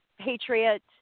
Patriot